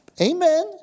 Amen